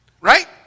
Right